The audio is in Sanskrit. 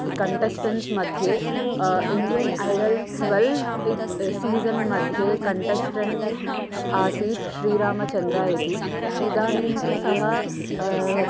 कण्टेस्टन्स् मध्ये इण्डियन् ऐडल् ट्वेल् इति सीज़न् मध्ये कण्टेस्टेण्ट् आसीत् श्रीरामचन्द्रः इति इदानीं तु सः